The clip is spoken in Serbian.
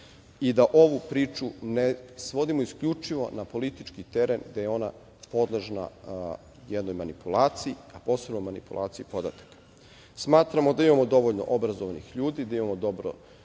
i da ovu priču ne svodimo isključivo na politički teren gde je ona podložna jednoj manipulaciji, a posebno manipulaciji podataka. Smatramo da imamo dovoljno obrazovanih ljudi, da imamo dobre